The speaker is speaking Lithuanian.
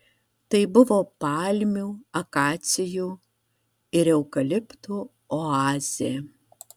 tai buvo palmių akacijų ir eukaliptų oazė